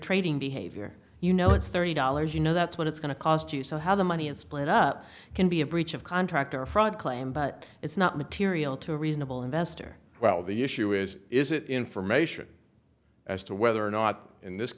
trading behavior you know it's thirty dollars you know that's what it's going to cost you so how the money is split up can be a breach of contract or a fraud claim but it's not material to a reasonable investor well the issue is is it information as to whether or not in this